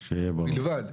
בלבד.